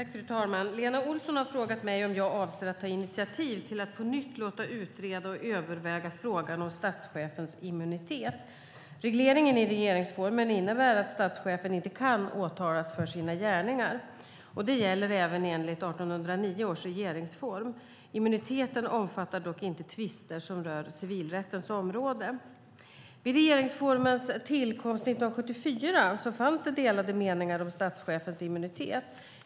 Fru talman! Lena Olsson har frågat mig om jag avser att ta initiativ till att på nytt låta utreda och överväga frågan om statschefens immunitet. Regleringen i regeringsformen innebär att statschefen inte kan åtalas för sina gärningar. Detta gällde även enligt 1809 års regeringsform. Immuniteten omfattar dock inte tvister som rör civilrättens område. Vid regeringsformens tillkomst 1974 fanns det delade meningar om statschefens immunitet.